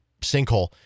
sinkhole